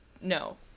no